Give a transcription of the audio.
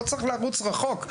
לא צריך לרוץ רחוק.